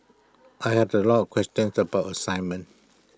I had A lot of questions about assignment